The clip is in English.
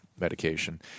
medication